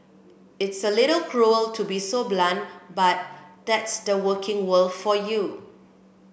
it's a little cruel to be so blunt but that's the working world for you